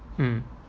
mm